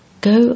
Go